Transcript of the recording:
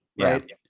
right